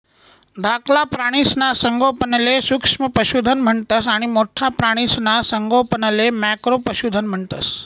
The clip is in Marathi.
धाकला प्राणीसना संगोपनले सूक्ष्म पशुधन म्हणतंस आणि मोठ्ठा प्राणीसना संगोपनले मॅक्रो पशुधन म्हणतंस